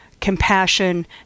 compassion